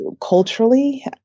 culturally